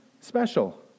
special